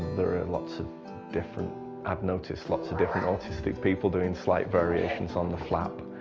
there are and lots of different i've noticed lots of different autistic people doing slight variations on the flap.